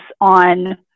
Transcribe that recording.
on